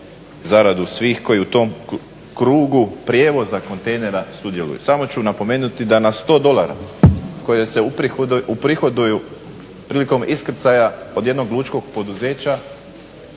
zaradu svih koji u tom krugu prijevoza kontejnera sudjeluju. Samo ću napomenuti da na 100 dolara koje se uprihoduju prilikom iskrcaja od jednog lučkog poduzeća